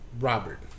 Robert